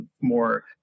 more